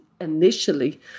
initially